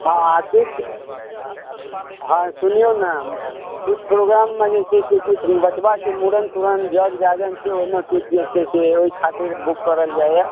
हॅं आशीष हॅं सुनियौ ने किछु प्रोग्राम मे जे छै से किछु बचबा के मूरन तूरन जग जाजन छै ओहि मे किछु जे छै से ओही खातिर बुक करल जाइए